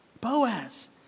Boaz